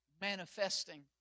manifesting